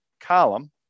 column